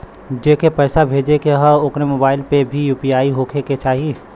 जेके पैसा भेजे के ह ओकरे मोबाइल मे भी यू.पी.आई होखे के चाही?